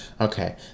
okay